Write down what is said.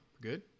Good